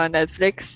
Netflix